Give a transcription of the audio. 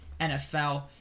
NFL